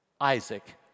Isaac